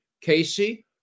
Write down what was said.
Casey